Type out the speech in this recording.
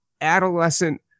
adolescent